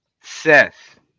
Seth